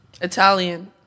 Italian